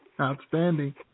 Outstanding